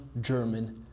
German